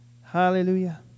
Hallelujah